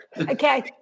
Okay